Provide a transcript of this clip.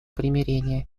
примирения